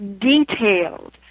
detailed